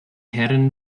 herren